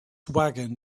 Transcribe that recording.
wagon